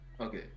Okay